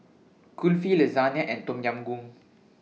Kulfi Lasagna and Tom Yam Goong